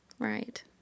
Right